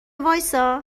وایستا